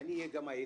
גם העד,